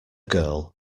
girl